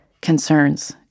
concerns